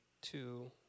two